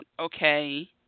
okay